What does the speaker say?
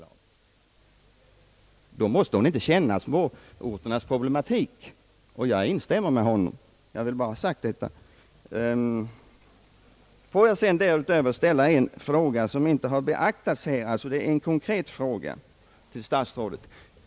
Han framhöll, att hon i så fall inte måste känna till småorternas problematik. Jag instämmer med honom. Får jag därutöver ställa en konkret fråga till statsrådet om något som inte har berörts i debatten.